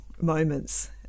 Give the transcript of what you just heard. moments